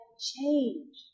change